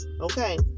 okay